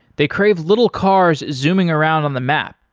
they crave little cars zooming around on the map.